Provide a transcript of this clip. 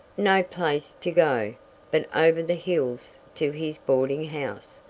no place to go, but over the hills to his boarding house,